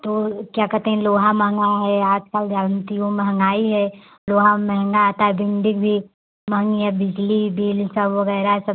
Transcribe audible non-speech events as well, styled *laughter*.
तो क्या कहते हैं लोहा महँगा है आज कल जानती हो महँगाई है लोहा महँगा आता है *unintelligible* महंगी है बिजली बिल सब वगैरह सब